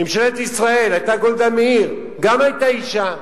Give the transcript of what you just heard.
ממשלת ישראל, היתה גולדה מאיר, גם היתה אשה.